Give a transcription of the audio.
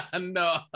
No